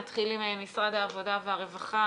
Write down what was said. נתחיל עם ניר ממשרד העבודה והרווחה.